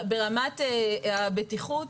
ברמת הבטיחות.